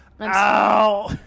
Ow